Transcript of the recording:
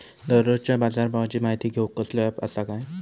दररोजच्या बाजारभावाची माहिती घेऊक कसलो अँप आसा काय?